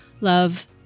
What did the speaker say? love